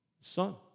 Son